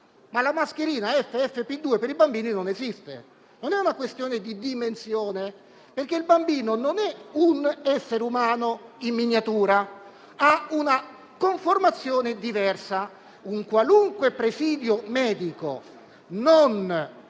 ma la mascherina FFP2 per i bambini non esiste. Non è una questione di dimensione, perché il bambino non è un essere umano in miniatura, ma ha una conformazione diversa. Un qualunque presidio medico non